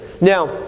now